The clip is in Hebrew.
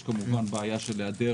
יש כמובן בעיה של היעדר